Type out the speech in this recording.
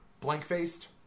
blank-faced